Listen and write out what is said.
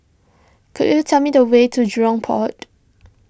could you tell me the way to Jurong Port